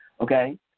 Okay